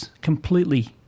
completely